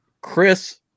Chris